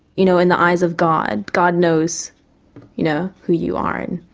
you know, in the eyes of god, god knows you know who you are and